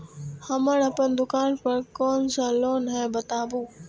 हम अपन दुकान पर कोन सा लोन हैं बताबू?